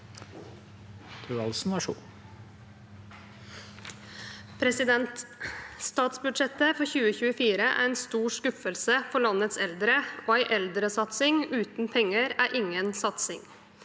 «Statsbud- sjettet 2024 er en stor skuffelse for landets eldre. En eldresatsing uten penger er ingen satsing.»